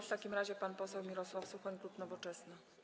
W takim razie pan poseł Mirosław Suchoń, klub Nowoczesna.